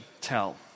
tell